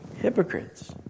hypocrites